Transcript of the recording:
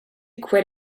quit